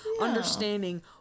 understanding